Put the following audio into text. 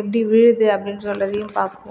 எப்படி விழும் அப்படினு சொல்லுறதயும் பார்க்குவோம்